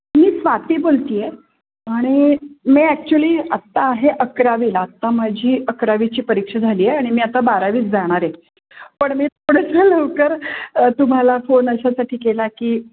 मी स्वाती बोलत आहे आणि मी ॲक्च्युली आत्ता आहे अकरावीला आत्ता माझी अकरावीची परीक्षा झाली आहे आणि मी आता बारावीत जाणार आहे पण मी थोडंसं लवकर तुम्हाला फोन अशासाठी केला की